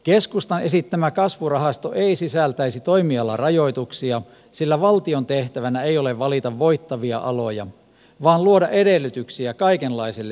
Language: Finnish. keskustan esittämä kasvurahasto ei sisältäisi toimialarajoituksia sillä valtion tehtävänä ei ole valita voittavia aloja vaan luoda edellytyksiä kaikenlaiselle yritystoiminnalle